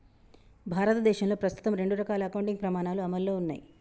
భారతదేశంలో ప్రస్తుతం రెండు రకాల అకౌంటింగ్ ప్రమాణాలు అమల్లో ఉన్నయ్